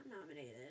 nominated